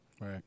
Right